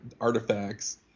artifacts